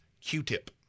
Q-tip